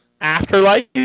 Afterlife